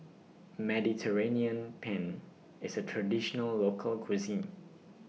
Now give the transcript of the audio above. Mediterranean Penne IS A Traditional Local Cuisine